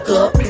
up